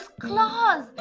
claws